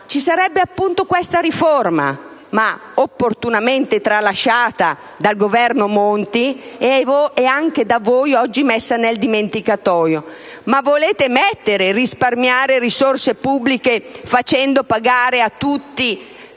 ci sarebbe appunto questa riforma), opportunamente tralasciata dal Governo Monti e anche da voi oggi messa nel dimenticatoio. Ma volete mettere risparmiare risorse pubbliche facendo pagare a tutte